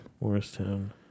Morristown